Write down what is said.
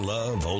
Love